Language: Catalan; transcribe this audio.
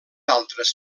altres